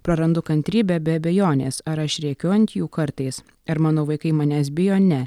prarandu kantrybę be abejonės ar aš rėkiu ant jų kartais ar mano vaikai manęs bijo ne